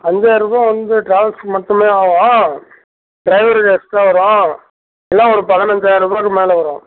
அஞ்சாயிரம்ரூபா வந்து ட்ராவல்ஸுக்கு மட்டும் ஆகும் டிரைவருக்கு எக்ஸ்ட்ரா வரும் எல்லாம் ஒரு பதினைஞ்சாயிரம் ரூபாய்க்கு மேலே வரும்